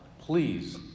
Please